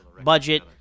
budget